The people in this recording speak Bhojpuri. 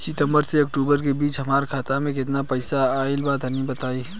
सितंबर से अक्टूबर के बीच हमार खाता मे केतना पईसा आइल बा तनि बताईं?